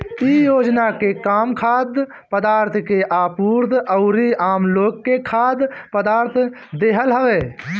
इ योजना के काम खाद्य पदार्थ के आपूर्ति अउरी आमलोग के खाद्य पदार्थ देहल हवे